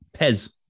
Pez